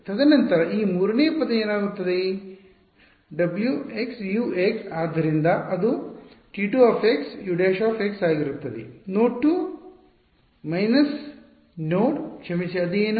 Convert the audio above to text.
ತದನಂತರ ಈ ಮೂರನೆಯ ಪದವು ಏನಾಗುತ್ತದೆ w x u x ಆದ್ದರಿಂದ ಅದು T 2 u′ ಆಗಿರುತ್ತದೆ ನೋಡ್ 2 ಮೈನಸ್ ನೋಡ್ ಕ್ಷಮಿಸಿ ಅದು ಏನು